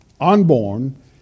Unborn